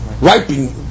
ripening